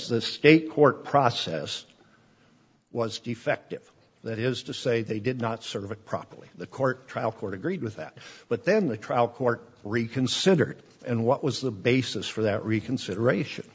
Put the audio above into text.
because the state court process was defective that is to say they did not serve it properly the court trial court agreed with that but then the trial court reconsidered and what was the basis for that reconsideration